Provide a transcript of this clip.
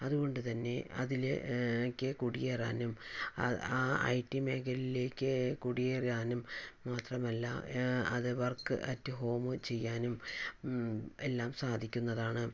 അതുകൊണ്ടു തന്നെ അതില് ക്ക് കുടിയേറാനും ആ ഐടി മേഖലയിലേക്ക് കുടിയേറാനും മാത്രമല്ല അത് വര്ക്ക് അറ്റ് ഹോമ്മ് ചെയ്യാനും എല്ലാം സാധിക്കുന്നതാണ്